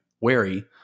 wary